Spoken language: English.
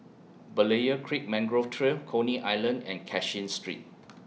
Berlayer Creek Mangrove Trail Coney Island and Cashin Street